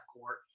court